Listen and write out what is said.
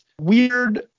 weird